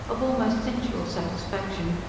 of almost sensual satisfaction,